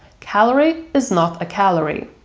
calorie is not a calorie.